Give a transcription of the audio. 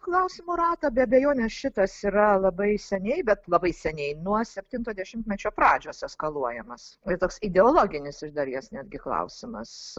klausimo ratą be abejonės šitas yra labai seniai bet labai seniai nuo septinto dešimtmečio pradžios eskaluojamas toks ideologinis iš dalies netgi klausimas